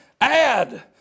Add